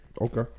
Okay